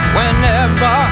Whenever